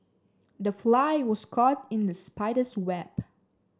the fly was caught in the spider's web